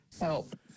help